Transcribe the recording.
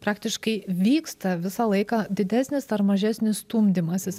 praktiškai vyksta visą laiką didesnis ar mažesnis stumdymasis